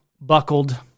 buckled